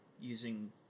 using